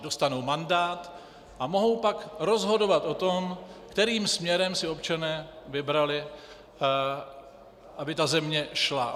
Dostanou mandát a mohou pak rozhodovat o tom, kterým směrem si občané vybrali, aby země šla.